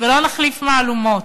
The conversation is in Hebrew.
ולא נחליף מהלומות".